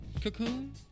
Cocoon